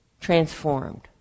transformed